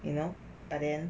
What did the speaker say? you know but then